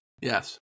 Yes